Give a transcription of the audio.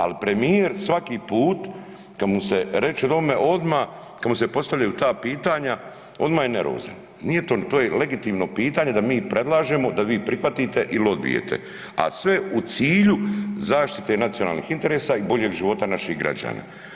Ali premijer svaki put kad mu su reče o ovome odmah, kad mu se postavljaju ta pitanja odmah je nervozan, nije to je legitimno pitanje, da mi predlažemo, da vi prihvatite ili odbijete, a sve u cilju zaštite nacionalnih interesa i boljeg života naših građana.